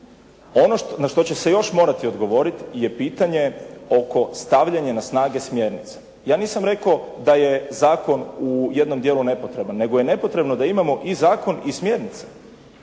Ono na što će se još morati odgovoriti je pitanje oko stavljanja na snagu smjernice. Ja nisam rekao da je zakon u jednom dijelu nepotreban nego je nepotrebno da imamo i zakon i smjernice